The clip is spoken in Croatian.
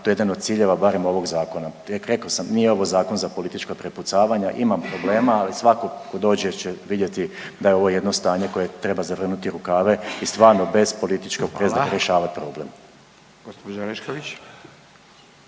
To je jedan od ciljeva barem ovog zakona. Rekao sam nije ovo zakon za politička prepucavanja. Ima problema, ali svatko tko dođe će vidjeti da je ovo jedno stanje koje treba zavrnuti rukave i stvarno bez političkog rješavati problem. **Radin, Furio